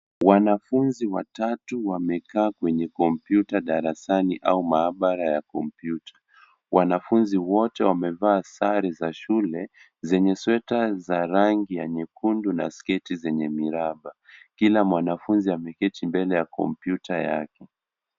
Wanafunzi watatu wamekaa kwenye kompyuta darasani au maabara ya kompyuta. Wanafunzi wote wamevaa sare za shule zenye sweta ya rangi ya nyekundu na sketi zenye miraba. Kila mwanafunzi ameketi mbele ya kompyuta yake.